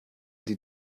die